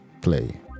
play